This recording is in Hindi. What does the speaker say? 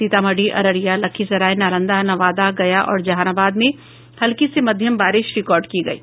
सीतामढ़ी अररिया लखीसराय नालंदा नवादा गया और जहानाबाद में हल्की से मध्यम बारिश रिकॉर्ड की गयी